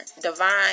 divine